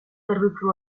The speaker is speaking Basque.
zerbitzu